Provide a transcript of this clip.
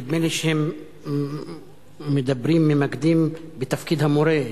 נדמה לי שהם מדברים, מתמקדים בתפקיד המורה.